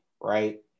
right